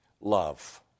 love